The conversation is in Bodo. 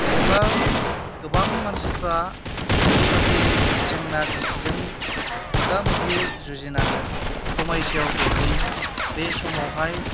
जेब्ला गोबां मानसिफ्रा बेबादि जेंना जेंसिजों मोगा मोगि जुजिनाङो समायसायाव गोग्लैयो बे समावहाय